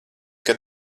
kad